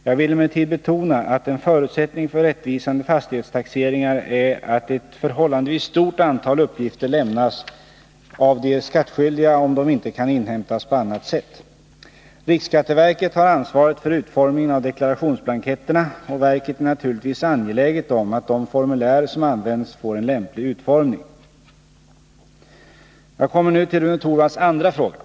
Jag vill emellertid betona att en för att garantera en riktig fastighetstaxering förutsättning för rättvisande fastighetstaxeringar är att ett förhållandevis stort antal uppgifter lämnas av de skattskyldiga om de inte kan inhämtas på annat sätt. Riksskatteverket har ansvaret för utformningen av deklarationsblanketterna, och verket är naturligtvis angeläget att de formulär som används får en lämplig utformning. Jag kommer nu till Rune Torwalds andra fråga.